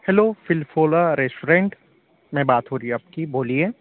hello फ़िलफ़ोला restaurant में बात हो रही है आपकी बोलिए